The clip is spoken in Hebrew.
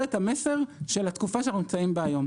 את המסר של התקופה שאנחנו נמצאים בה היום.